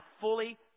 fully